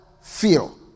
feel